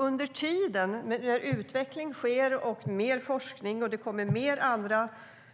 Under tiden sker utveckling och forskning, och det kommer mer andra